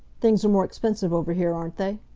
things are more expensive over here, aren't they?